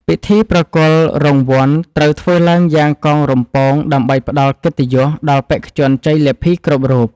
ពិធីប្រគល់រង្វាន់ត្រូវធ្វើឡើងយ៉ាងកងរំពងដើម្បីផ្ដល់កិត្តិយសដល់បេក្ខជនជ័យលាភីគ្រប់រូប។